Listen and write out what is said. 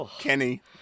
Kenny